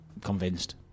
convinced